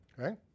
okay